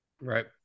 Right